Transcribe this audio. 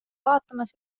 vaatamas